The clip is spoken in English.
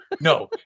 no